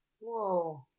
Whoa